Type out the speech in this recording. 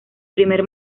primer